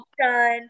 done